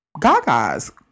Gaga's